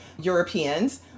Europeans